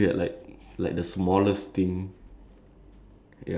so it's like I'm sitting there and like laughing lah seeing him like